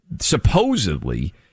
Supposedly